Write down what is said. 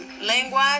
language